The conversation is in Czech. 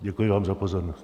Děkuji vám za pozornost.